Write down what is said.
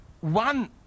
one